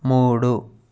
మూడు